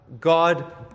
God